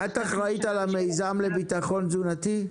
את אחראית על המיזם לביטחון תזונתי?